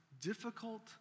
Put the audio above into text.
difficult